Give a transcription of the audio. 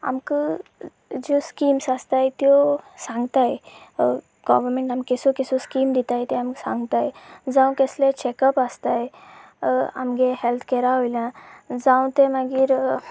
आमकां ज्यो स्किम्स आसतात त्यो सांगतात गव्हरमेंट आमकां कसल्यो कसल्यो स्किम दितात ते आमकां सांगतात जावं कसल्याय चॅकअप आसतात आमच्या हेल्थ कॅअरा वयल्यान जावं ते मागीर